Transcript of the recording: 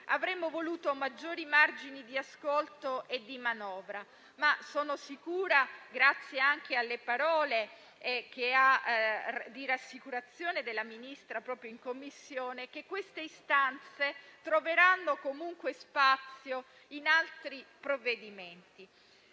Avremmo voluto maggiori margini di ascolto e di manovra, ma sono sicura - grazie anche alle parole di rassicurazione della Ministra in Commissione - che tali istanze troveranno comunque spazio in altri provvedimenti.